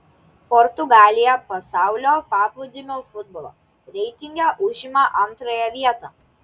portugalija pasaulio paplūdimio futbolo reitinge užima antrąją vietą